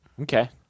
Okay